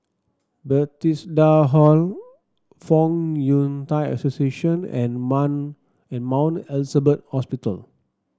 Bethesda Hall Fong Yun Thai Association and Mount Elizabeth Hospital